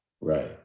Right